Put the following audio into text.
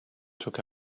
took